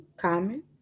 comment